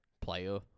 player